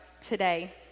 today